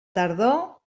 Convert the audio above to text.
tardor